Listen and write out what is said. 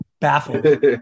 baffled